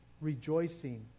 rejoicing